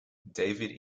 david